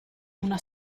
una